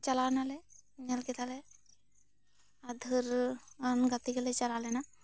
ᱪᱟᱞᱟᱣ ᱮᱱᱟ ᱞᱮ ᱧᱮᱞ ᱠᱮᱫᱟ ᱞᱮ ᱟᱹᱫᱷᱨᱟᱹ ᱜᱟᱛᱮ ᱜᱮᱞᱮ ᱪᱟᱞᱟᱣ ᱞᱮᱱᱟ